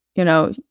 you know,